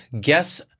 guess